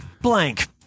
blank